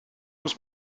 muss